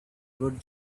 good